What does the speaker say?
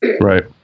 right